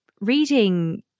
reading